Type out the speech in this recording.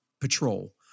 patrol